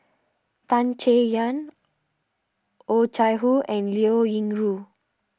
Tan Chay Yan Oh Chai Hoo and Liao Yingru